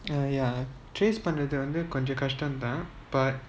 ah ya trace பண்றதுவந்துகொஞ்சம்கஷ்டம்தான்:panrathu vanthu konjam kastam thaan but